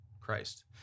Christ